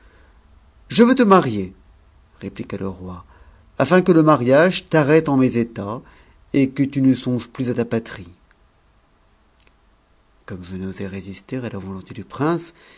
je veux le marier répi'qu le roi afin que le mariage t'arrête en mes états et que tu ne songes plus a ta patrie comme jen'osais résister à la volonté du prince